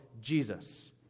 Jesus